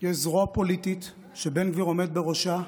יש זרוע פוליטית שבן גביר עומד בראשה,